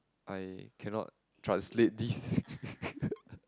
I cannot translate this